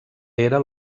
era